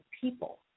people